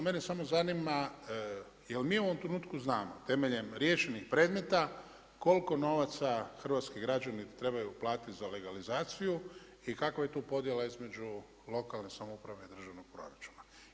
Mene samo zanima jel' mi u ovom trenutku znamo temeljem riješenih predmeta koliko novaca hrvatski građani trebaju platiti za legalizaciju i kakva je tu podjela između lokalne samouprave i državnog proračuna.